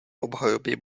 obhajoby